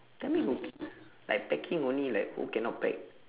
tell me who like packing only like who cannot pack